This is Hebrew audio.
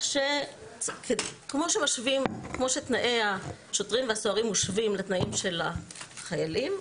שכמו שתנאי השוטרים והסוהרים מושווים לתנאים של החיילים,